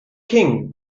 king